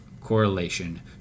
correlation